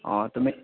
অ' তুমি